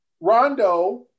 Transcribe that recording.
Rondo